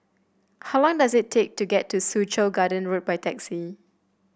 how long does it take to get to Soo Chow Garden Road by taxi